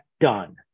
done